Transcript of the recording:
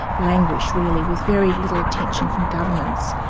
languish really with very little attention from governments,